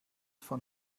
von